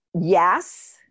Yes